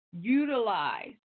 utilize